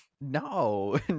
No